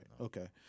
Okay